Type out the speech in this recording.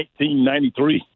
1993